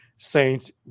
Saints